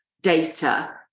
data